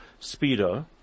Speedo